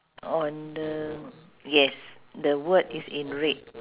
on the yes the word is in red